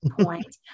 point